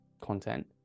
content